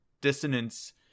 dissonance